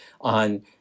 on